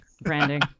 Branding